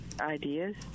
ideas